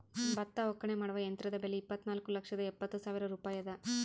ಭತ್ತ ಒಕ್ಕಣೆ ಮಾಡುವ ಯಂತ್ರದ ಬೆಲೆ ಇಪ್ಪತ್ತುನಾಲ್ಕು ಲಕ್ಷದ ಎಪ್ಪತ್ತು ಸಾವಿರ ರೂಪಾಯಿ ಅದ